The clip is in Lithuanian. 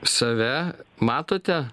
save matote